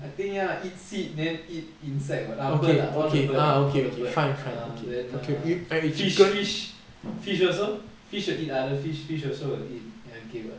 I think ya eat seed then eat insect [what] ah bird all the bird lah all the bird err then err fish fish fish also fish will eat other fish fish will also will eat algae [what]